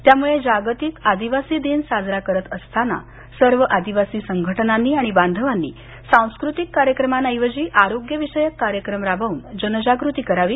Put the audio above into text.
त्यामुळे जागतिक आदिवासी दिन साजरा करत असताना सर्व आदिवासी संघटनांनी आणि बांधवांनी सांस्कृतिक कार्यक्रमांऐवजी आरोग्य विषयक कार्यक्रम राबवून जनजागृती करावी